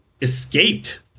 escaped